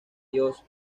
dios